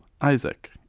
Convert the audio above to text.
Isaac